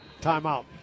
Timeout